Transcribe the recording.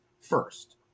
first